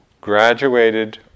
graduated